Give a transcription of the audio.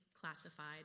classified